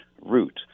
route